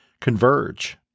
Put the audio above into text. converge